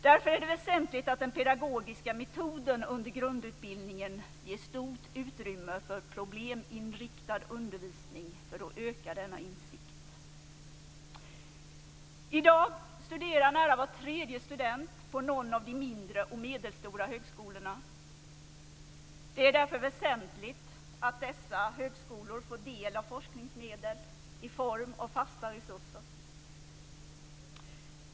Därför är det väsentligt att den pedagogiska metoden under grundutbildningen ges stort utrymme för probleminriktad undervisning för att öka denna insikt. I dag studerar nära var tredje student på någon av de mindre och medelstora högskolorna. Det är därför väsentligt att dessa högskolor får del av forskningsmedel i form av fasta resurser.